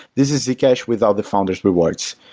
this is z cash without the founders rewards.